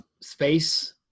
space